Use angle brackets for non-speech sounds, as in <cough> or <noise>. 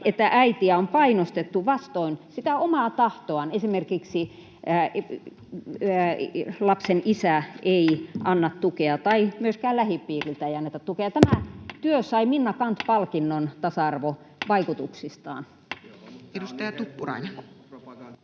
että äitiä on painostettu vastoin sitä omaa tahtoaan. <noise> Esimerkiksi lapsen isä ei anna tukea tai myöskään lähipiiristä ei anneta tukea. <noise> Tämä työ sai Minna Canth ‑palkinnon tasa-arvovaikutuksistaan. Edustaja Tuppurainen.